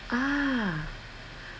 ah